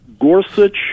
Gorsuch